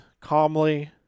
calmly